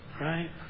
right